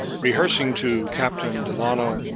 rehearsing to captain delano,